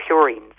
purines